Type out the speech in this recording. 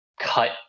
cut